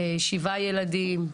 7 ילדים,